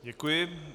Děkuji.